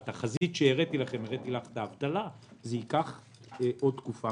בתחזית שהראיתי לכם הראיתי לך את האבטלה זה ייקח עוד תקופה